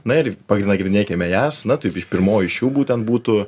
na ir panagrinėkime jas na taip iš pirmoji iš jų būtent būtų